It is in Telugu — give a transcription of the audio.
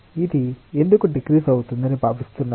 ఇది ఎందుకు డిక్రిజ్ అవుతుందని భావిస్తున్నారు